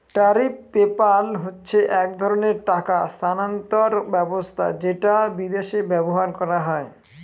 tariff PayPal হচ্ছে এক ধরনের টাকা স্থানান্তর ব্যবস্থা যেটা বিদেশে ব্যবহার করা হয়